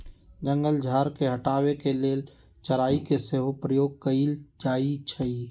जंगल झार के हटाबे के लेल चराई के सेहो प्रयोग कएल जाइ छइ